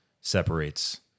separates